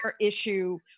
issue